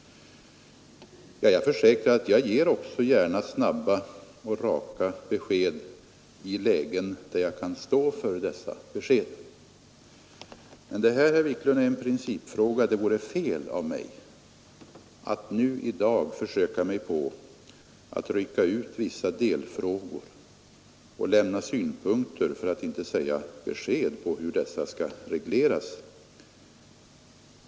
Jag försäkrar att jag gärna ger snabba och raka besked i lägen där jag kan stå för dessa besked. Men det här, herr Wiklund, är en principfråga, och det vore fel av mig att nu i dag försöka mig på att rycka ut vissa delfrågor och lämna synpunkter på, för att inte säga besked om hur dessa skall regleras.